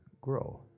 grow